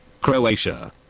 Croatia